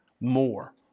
more